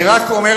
מי שרף אותו?